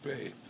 paid